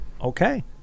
Okay